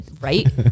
Right